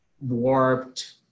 warped